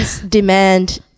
demand